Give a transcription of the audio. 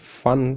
fun